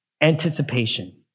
Anticipation